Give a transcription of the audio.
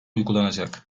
uygulanacak